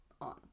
on